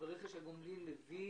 ורכש הגומלין הביא